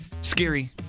Scary